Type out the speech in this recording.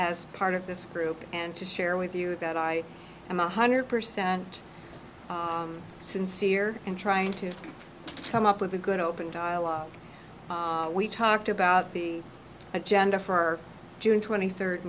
as part of this group and to share with you that i am one hundred percent sincere in trying to come up with a good open dialogue we talked about the agenda for june twenty third